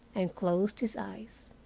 and closed his eyes.